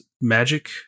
magic